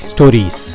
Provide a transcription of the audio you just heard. Stories